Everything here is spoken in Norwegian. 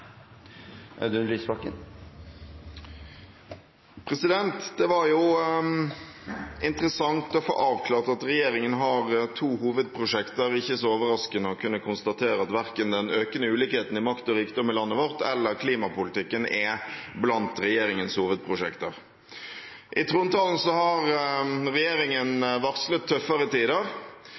Det var interessant å få avklart at regjeringen har to hovedprosjekter – ikke så overraskende å kunne konstatere at verken den økende ulikheten i makt og rikdom i landet vårt eller klimapolitikken er blant regjeringens hovedprosjekter. I trontalen varslet regjeringen tøffere tider.